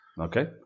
Okay